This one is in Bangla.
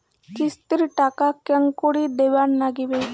কিস্তির টাকা কেঙ্গকরি দিবার নাগীবে?